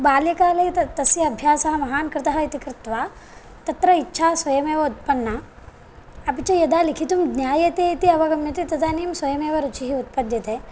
बाल्यकाले तत् तस्य अभ्यासः महान् कृतः इति कृतवा तत्र इच्छा स्वयमेव उत्पन्ना अपि च यदा लिखितुं ज्ञायते इति अवगम्यते तदानीं स्वयमेव रुचिः उत्पद्यते